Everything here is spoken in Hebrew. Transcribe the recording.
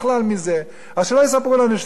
אז שלא יספרו לנו שזה שידור ציבורי.